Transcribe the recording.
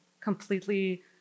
completely